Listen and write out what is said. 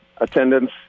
attendance